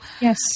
yes